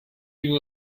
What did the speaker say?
you